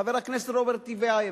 חבר הכנסת רוברט טיבייב,